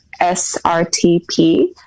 SRTP